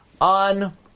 on